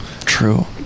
True